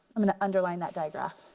i'm gonna underline that diagraph.